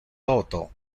toto